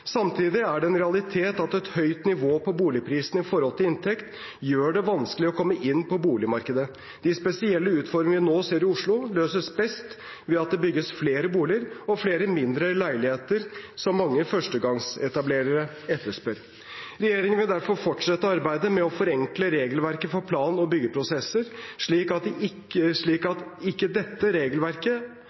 Samtidig er det en realitet at et høyt nivå på boligprisen i forhold til inntekt gjør det vanskelig å komme inn på boligmarkedet. De spesielle utfordringene vi nå ser i Oslo, løses best ved at det bygges flere boliger og flere mindre leiligheter, som mange førstegangsetablerere etterspør. Regjeringen vil derfor fortsette arbeidet med å forenkle regelverket for plan- og byggeprosesser, slik at dette regelverket ikke er et unødvendig forsinkende hinder for at